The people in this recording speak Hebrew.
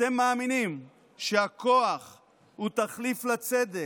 אתם מאמינים שהכוח הוא תחליף לצדק,